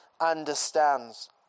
understands